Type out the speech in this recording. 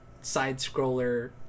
side-scroller